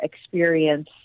experience